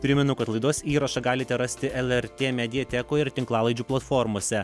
primenu kad laidos įrašą galite rasti lrt mediatekoje ir tinklalaidžių platformose